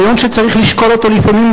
שזה דיון והצבעה,